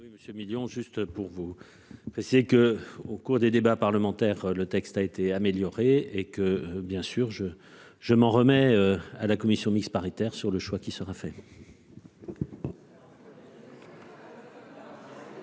monsieur millions juste pour vous. C'est que, au cours des débats parlementaires le texte a été améliorée et que bien sûr je, je m'en remets à la commission mixte paritaire sur le choix qui sera fait.